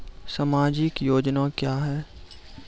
समाजिक योजना क्या हैं?